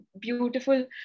beautiful